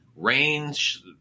range